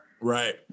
right